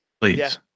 please